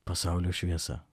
pasaulio šviesa